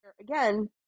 Again